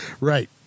Right